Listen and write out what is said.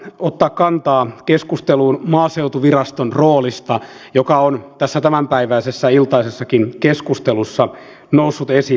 ota kantaa keskusteluun maaseutuviraston roolista joka on tässä tämänpäiväisessäiltaisessakin keskustelussa noussut esiin